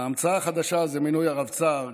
ההמצאה החדשה זה מינוי הרבצ"ר.